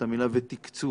את המילה "ותקצוב".